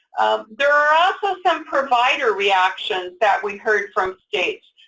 there are also some provider reactions that we heard from states.